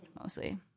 mostly